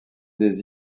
des